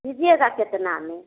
दीजिएगा कितना में